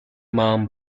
mum